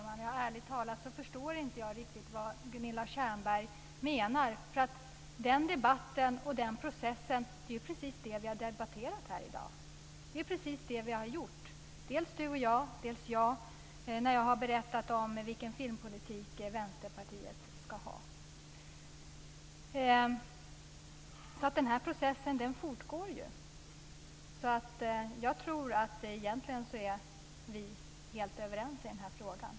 Fru talman! Ärligt talat förstår jag inte riktigt vad Gunilla Tjernberg menar. Den debatten och den processen är ju precis vad vi här har talat om - dels Gunilla Tjernberg och jag, dels jag när jag har berättat om vilken filmpolitik Vänsterpartiet ska ha. Denna process fortgår alltså. Jag tror att vi egentligen är helt överens i den här frågan.